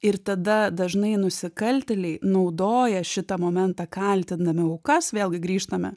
ir tada dažnai nusikaltėliai naudoja šitą momentą kaltindami aukas vėlgi grįžtame